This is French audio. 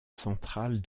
centrale